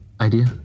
idea